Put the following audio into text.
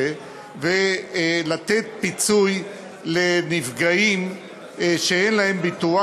ולתת פיצוי לנפגעים שאין להם ביטוח,